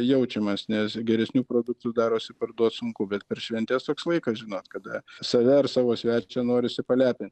jaučiamas nes geresnių produktų darosi parduot sunku bet per šventes toks laikas žinot kada save ar savo svečią norisi palepi